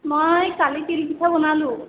মই কালি তিল পিঠা বনালোঁ